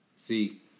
See